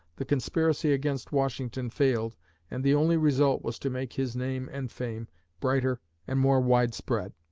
the conspiracy against washington failed and the only result was to make his name and fame brighter and more widespread.